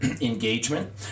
engagement